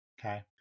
Okay